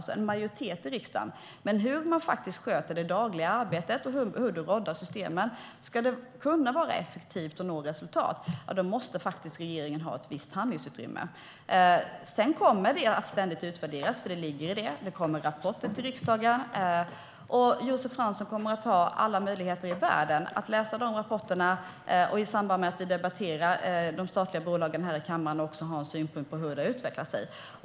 Men när det gäller hur man sköter det dagliga arbetet och hur man råddar systemen och om detta ska kunna vara effektivt och ge resultat måste regeringen ha visst handlingsutrymme. Sedan kommer detta att ständigt utvärderas, för det ligger i sakens natur. Det kommer rapporter till riksdagen, och Josef Fransson kommer att ha alla möjligheter i världen att läsa dessa rapporter. I samband med att vi debatterar de statliga bolagen här i kammaren har han också möjligheter att ha synpunkter på hur det hela utvecklar sig.